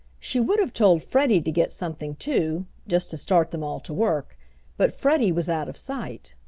she would have told freddie to get something, too just to start them all to work but freddie was out of sight.